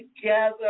together